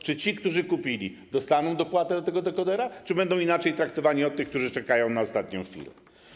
Czy ci, którzy kupili, dostaną dopłatę do dekodera, czy będą inaczej traktowani niż ci, którzy czekają do ostatniej chwili?